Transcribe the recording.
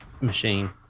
machine